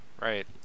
Right